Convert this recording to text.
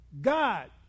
God